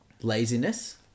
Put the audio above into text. laziness